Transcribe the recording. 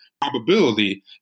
probability